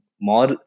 more